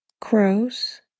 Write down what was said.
crows